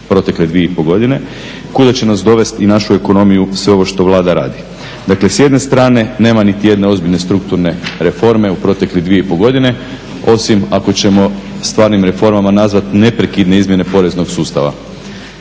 protekle 2.5 godine. kuda će nas dovesti i našu ekonomiju sve ovo što Vlada radi. Dakle, s jedne strane nema niti jedne strukturne reforme u proteklih 2.5 godine osim ako ćemo stvarnim reformama nazvati neprekidne izmjene poreznog sustava.